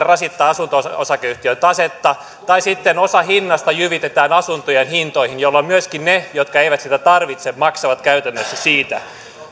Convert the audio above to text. rasittavat asunto osakeyhtiön tasetta tai sitten osa hinnasta jyvitetään asuntojen hintoihin jolloin myöskin ne jotka eivät sitä tarvitse maksavat käytännössä siitä